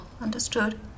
understood